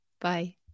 Bye